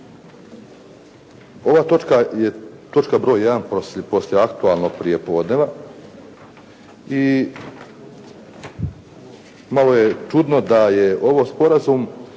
Ova točka je točka broj jedan poslije aktualnog prijepodneva i malo je čudno da je ovo sporazum